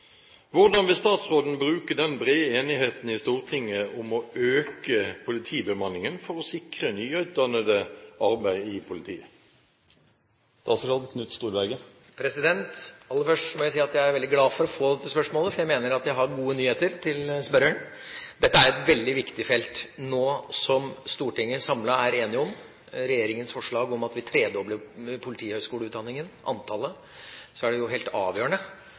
Hvordan vil statsråden bruke den brede enigheten i Stortinget om å øke politibemanningen til å sikre nyutdannede arbeid i politiet?» Aller først må jeg si at jeg er veldig glad for å få dette spørsmålet, for jeg mener at jeg har gode nyheter til spørreren. Dette er et veldig viktig felt. Nå som Stortinget samlet er enig om regjeringas forslag om at vi tredobler antallet i politihøgskoleutdanningen, er det helt avgjørende